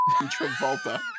Travolta